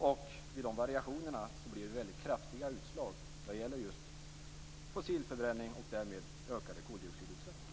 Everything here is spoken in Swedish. Vid de variationerna blir det kraftiga utslag vad gäller just fossilförbränning och därmed ökade koldioxidutsläpp.